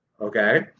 okay